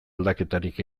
aldaketarik